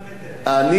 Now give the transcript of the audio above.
כן,